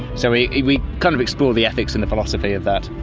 so we we kind of explore the ethics and the philosophy of that.